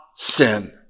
Sin